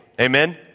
Amen